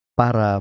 para